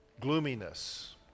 gloominess